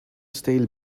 stale